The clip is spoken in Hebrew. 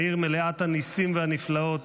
העיר מלאת הניסים והנפלאות,